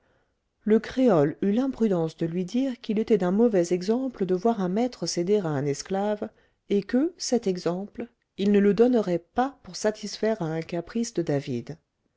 le créole eut l'imprudence de lui dire qu'il était d'un mauvais exemple de voir un maître céder à un esclave et que cet exemple il ne le donnerait pas pour satisfaire à un caprice de david